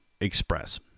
Express